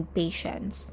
patience